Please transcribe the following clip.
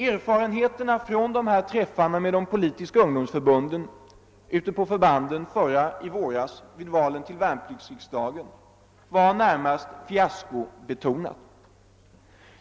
Erfarenheterna från träffarna med de politiska ungdomsförbunden ute på förbanden i våras vid valen till värnpliktsriksdagen gör att man närmast måste beteckna verksamheten som fiaskobetonad.